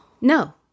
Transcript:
No